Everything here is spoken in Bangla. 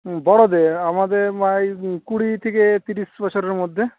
বড়দের আমাদের মাই কুড়ি থেকে তিরিশ বছরের মধ্যে